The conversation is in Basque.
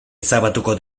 ezabatuko